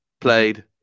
played